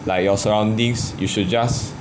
like your surroundings you should just